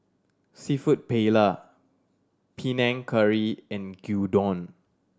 Seafood Paella Panang Curry and Gyudon